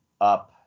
up